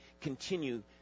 continue